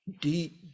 deep